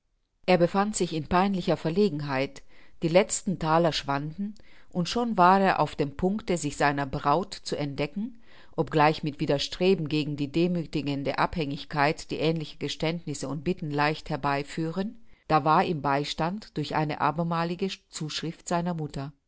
er befand sich in peinlicher verlegenheit die letzten thaler schwanden und schon war er auf dem puncte sich seiner braut zu entdecken obgleich mit widerstreben gegen die demüthigende abhängigkeit die ähnliche geständnisse und bitten leicht herbeiführen da ward ihm beistand durch eine abermalige zuschrift seiner mutter